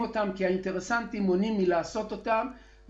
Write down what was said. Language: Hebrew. אותן כי האינטרסנטים מונעים מלעשות אותן.